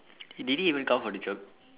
eh did he even come for the job